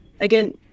Again